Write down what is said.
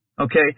okay